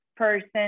person